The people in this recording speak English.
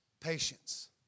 Patience